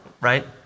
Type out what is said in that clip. Right